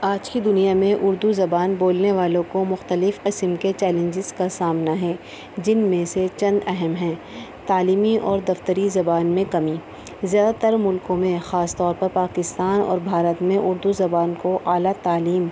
آج کی دنیا میں اردو زبان بولنے والوں کو مختلف قسم کے چیلنجز کا سامنا ہے جن میں سے چند اہم ہیں تعلیمی اور دفتری زبان میں کمی زیادہ تر ملکوں میں خاص طور پر پاکستان اور بھارت میں اردو زبان کو اعلیٰ تعلیم